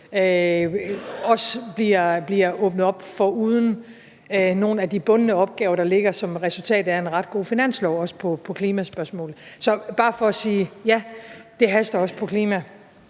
bliver åbnet op, foruden nogle af de bundne opgaver, der ligger som resultat af en ret god finanslov, også på klimaspørgsmålet. Så det er bare for at sige: Ja, det haster også på